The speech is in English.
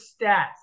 stats